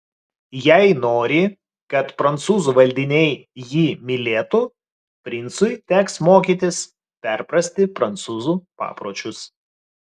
jei nori kad prancūzų valdiniai jį mylėtų princui teks mokytis perprasti prancūzų papročius